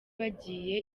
bagiye